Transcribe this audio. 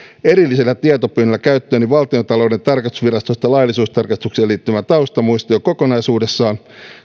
erillisellä tietopyynnöllä käyttööni valtiontalouden tarkastusvirastosta laillisuustarkastukseen liittyvän taustamuistion kokonaisuudessaan